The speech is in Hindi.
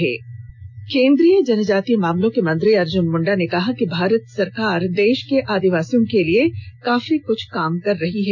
में पर पर पर में केंद्रीय जनजातीय मामलों के मंत्री अर्जुन मुंडा ने कहा कि भारत सरकार देश के आदिवासियों के लिए काफी कुछ काम कर रही है